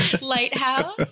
Lighthouse